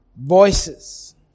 Voices